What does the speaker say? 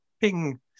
ping